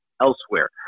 elsewhere